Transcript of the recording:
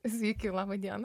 sveiki laba diena